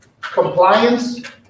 compliance